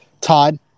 Todd